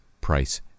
Price